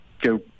go